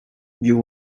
you